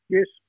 Yes